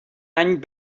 any